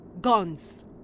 guns